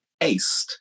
aced